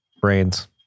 Brains